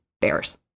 bears